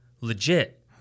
Legit